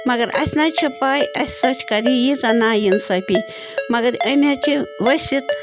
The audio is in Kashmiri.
مگر اَسہِ نَہ حظ چھِ پَے اَسہِ سۭتۍ کَرِ یہِ ییٖژاہ نا اِنصٲفی مگر أمۍ حظ چھِ ؤسِت